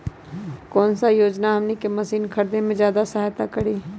कौन योजना हमनी के मशीन के खरीद में ज्यादा सहायता करी?